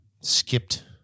skipped